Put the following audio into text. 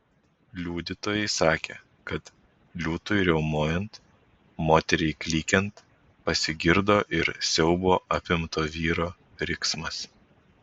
liudytojai sakė kad liūtui riaumojant moteriai klykiant pasigirdo ir siaubo apimto vyro riksmas